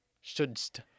Shouldst